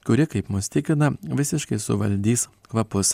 kuri kaip mus tikina visiškai suvaldys kvapus